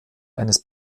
eines